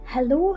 Hello